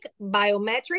biometric